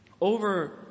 over